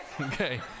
Okay